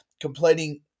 completing